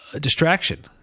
distraction